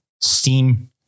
steam